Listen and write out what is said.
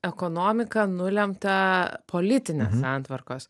ekonomiką nulemtą politinės santvarkos